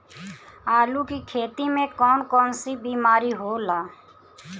आलू की खेती में कौन कौन सी बीमारी होला?